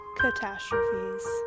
Catastrophes